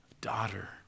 daughter